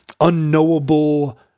unknowable